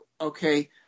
Okay